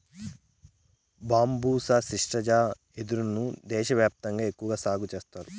బంబూసా స్త్రిటా వెదురు ను దేశ వ్యాప్తంగా ఎక్కువగా సాగు చేత్తారు